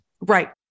Right